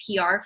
PR